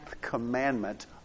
commandment